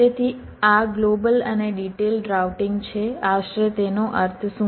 તેથી આ ગ્લોબલ અને ડિટેલ્ડ રાઉટિંગ છે આશરે તેનો અર્થ શું છે